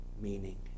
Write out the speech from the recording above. meaning